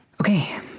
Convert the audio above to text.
Okay